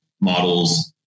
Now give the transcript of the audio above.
models